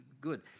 good